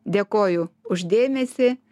dėkoju už dėmesį